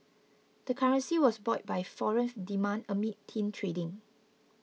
the currency was buoyed by foreign demand amid thin trading